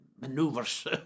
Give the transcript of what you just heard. maneuvers